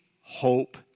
hope